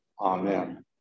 amen